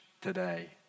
today